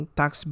tax